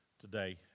today